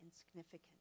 insignificant